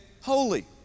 holy